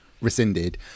rescinded